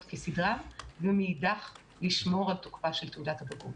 כסדרן ומאידך לשמור על תוקפה של תעודת הבגרות.